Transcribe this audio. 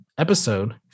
Episode